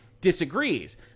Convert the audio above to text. Disagrees